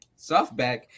softback